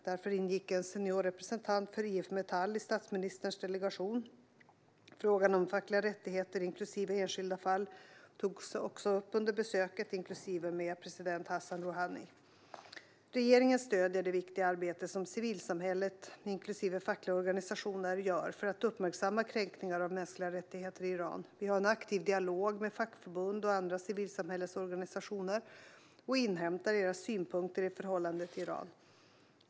Därför ingick en senior representant för IF Metall i statsministerns delegation. Frågan om fackliga rättigheter, inklusive enskilda fall, togs också upp under besöket, inklusive med president Hassan Rohani. Regeringen stöder det viktiga arbete som civilsamhället, inklusive fackliga organisationer, gör för att uppmärksamma kränkningar av mänskliga rättigheter i Iran. Vi har en aktiv dialog med fackförbund och andra civilsamhällesorganisationer och inhämtar deras synpunkter i förhållande till Iran.